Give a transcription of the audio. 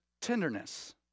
tenderness